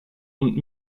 und